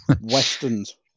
westerns